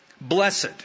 blessed